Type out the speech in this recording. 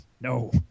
No